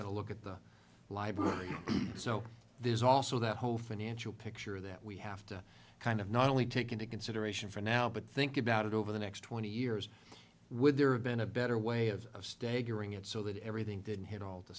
got to look at the library so there's also that whole financial picture that we have to kind of not only take into consideration for now but think about it over the next twenty years would there have been a better way of staggering it so that everything didn't hit all the